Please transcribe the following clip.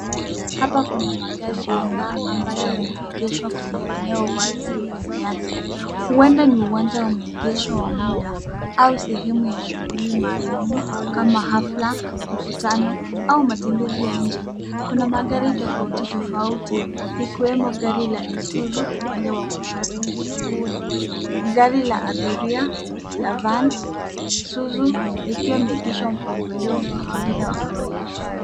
Hapa kuna magari kadhaa ambayo yameegeshwa kwenye eneo wazi lenye nyasi. Huenda ni uwanja wa maegesho wa muda au sehemu ya shughuli maalum kama hafla, mkutano au matembezi ya nje. Kuna magari tofauti tofauti ikiwemo gari la Isuzu upande wa kushoto, gari la abiria la van , Isuzu ikiwa imeegeshwa mpangilio mwingine wa kawaida.